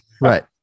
Right